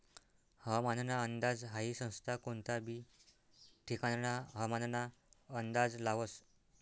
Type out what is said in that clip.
हवामानना अंदाज हाई संस्था कोनता बी ठिकानना हवामानना अंदाज लावस